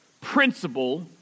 principle